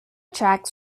tracks